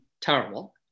terrible